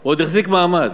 הוא עוד החזיק מעמד.